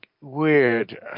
weird